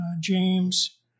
James